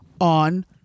on